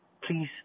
Please